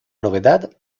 novedad